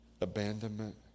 abandonment